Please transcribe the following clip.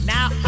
Now